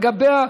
לגביה,